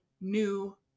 new